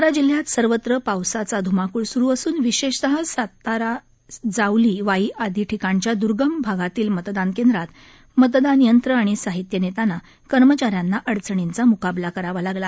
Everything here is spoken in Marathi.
सातारा जिल्ह्यात सर्वत्र पावसाचा ध्माकृळ सुरु असून विशेषतः सतारा जावली वाई आदी ठिकानच्या दुर्गम भागातील मतदान केंद्रात मतदान यंत्रे आणि साहित्य नेताना कर्मचा यांना अडचणींचा म्काबला करावा लागला